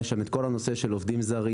יש שם את כל הנושא של עובדים זרים,